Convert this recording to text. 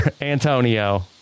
Antonio